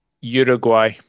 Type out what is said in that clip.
Uruguay